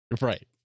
Right